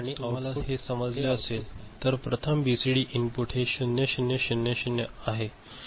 आता जर तुम्हाला हे समजले असेल तर प्रथम बीसीडी इनपुट हे 0 0 0 0 आहे